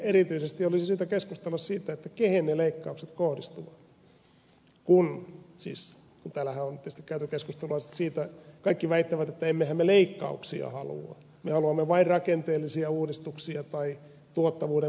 erityisesti olisi syytä keskustella siitä kehen ne leikkaukset kohdistuvat kun siis täällähän on tietysti käyty keskustelua siitä kaikki väittävät että emmehän me leikkauksia halua me haluamme vain rakenteellisia uudistuksia tai tuottavuuden parantamista